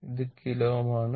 ഇത് കിലോ Ω ആണ്